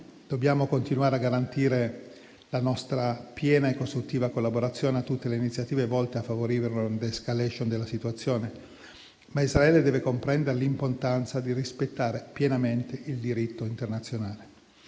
Dobbiamo continuare a garantire la nostra piena e costruttiva collaborazione a tutte le iniziative volte a favorire una *de-escalation* della situazione, ma Israele deve comprendere l'importanza di rispettare pienamente il diritto internazionale.